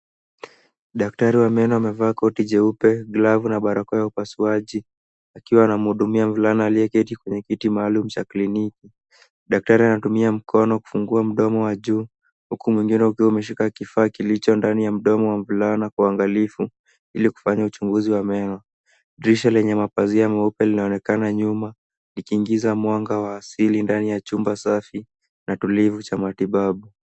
Daktari wa meno amevaa koti jeupe, glavu na barakoa ya upasuaji akiwa anamhudumia mvulana aliyeketi kwenye kiti maalum cha kliniki. Daktari anatumia mkono kufungua mdomo wa juu huku mwingine ukiwa umeshika kifaa kilicho ndani ya mdomo wa mvulana kwa uangalifu ili kufanya uchunguzi wa meno. Dirisha lenye mapazia meupe linaonekana nyuma likiingiza mwanga wa asili ndani ya chumba safi na tulivu cha matibabu.